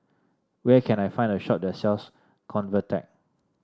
where can I find a shop that sells Convatec